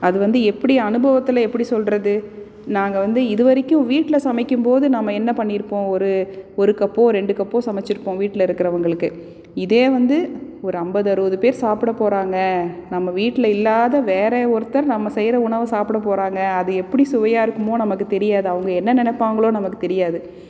அது வந்து எப்படி அனுபவத்தில் எப்படி சொல்கிறது நாங்கள் வந்து இது வரைக்கும் வீட்டில் சமைக்கும்போது நாம் என்ன பண்ணியிருப்போம் ஒரு ஒரு கப்போ ரெண்டு கப்போ சமைத்திருப்போம் வீட்டில் இருக்கிறவங்களுக்கு இதே வந்து ஒரு ஐம்பது அறுபது பேர் சாப்பிட போகிறாங்க நம்ம வீட்டில் இல்லாத வேற ஒருத்தர் நம்ம செய்கிற உணவை சாப்பிட போகிறாங்க அது எப்படி சுவையாக இருக்குமோ நமக்கு தெரியாது அவங்க என்ன நெனைப்பாங்களோ நமக்கு தெரியாது